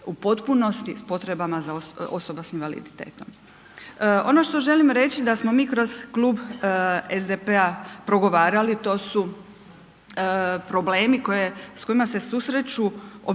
u potpunosti s potrebama osoba sa invaliditetom. Ono što želim reći da smo kroz klub SDP-a progovarali, to su problemi s kojima se susreću osobe,